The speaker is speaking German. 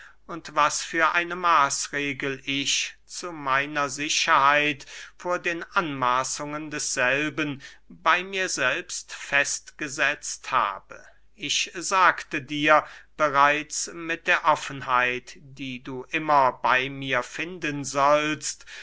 und was für eine maßregel ich zu meiner sicherheit vor den anmaßungen desselben bey mir selbst festgesetzt habe ich sagte dir bereits mit der offenheit die du immer bey mir finden sollst